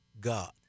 God